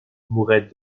mouraient